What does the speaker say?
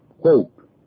quote